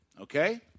Okay